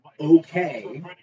okay